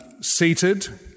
seated